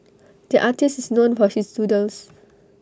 the artist is known for his doodles